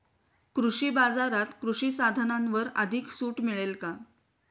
कृषी बाजारात कृषी साधनांवर अधिक सूट मिळेल का?